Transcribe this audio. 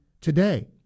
today